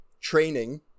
training